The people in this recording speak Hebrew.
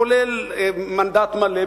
כולל מנדט מלא,